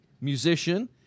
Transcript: musician